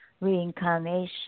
reincarnation